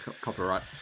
Copyright